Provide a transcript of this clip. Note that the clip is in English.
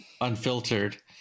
unfiltered